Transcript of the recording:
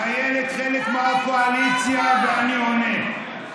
אילת היא חלק מהקואליציה, ואני עונה.